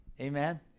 Amen